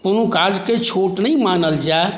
कोनो काजके छोट नहि मानल जाय